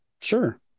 sure